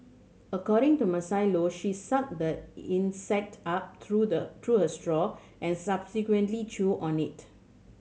according to Maisie Low she sucked the insect up through the through her straw and subsequently chewed on it